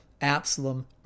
Absalom